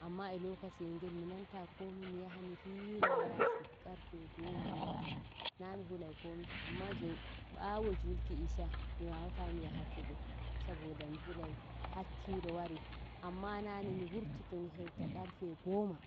Anma e lokaci yel gel mi nsnta komi miyaha mi hoshoya Yasi qarfe goma mi walanaa mi hulai komi amma joni ɓawo julki isha miwolwata ma yaha togo saboda mi hulai hakkilo wari anma nane mi wurtoto mi hewta qarfe goma